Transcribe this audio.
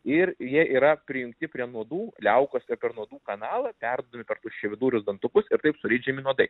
ir jie yra prijungti prie nuodų liaukos ir nuodų kanalą perduodami per tuščiavidurius dantukus ir taip suleidžiami nuodai